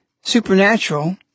supernatural